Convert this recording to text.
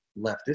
leftist